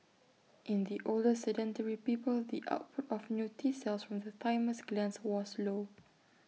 in the older sedentary people the output of new T cells from the thymus glands was low